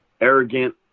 arrogant